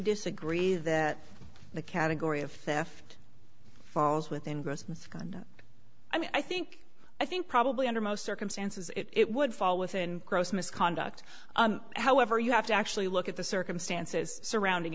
disagree that the category of theft falls within gross misconduct i mean i think i think probably under most circumstances it would fall within gross misconduct however you have to actually look at the circumstances surrounding